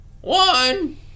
One